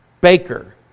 baker